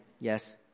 yes